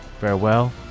Farewell